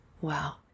wow